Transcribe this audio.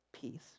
peace